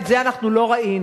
את זה אנחנו לא ראינו.